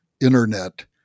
internet